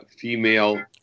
female